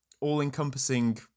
all-encompassing